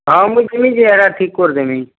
ହଁ ମୁଇଁ ଯିମି ଯେ ହେଟା ଠିକ୍ କରିଦେମି